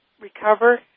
recover